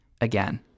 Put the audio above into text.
Again